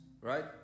Right